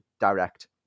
direct